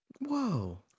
Whoa